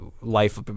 life